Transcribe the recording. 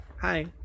Hi